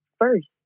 first